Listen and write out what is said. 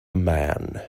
man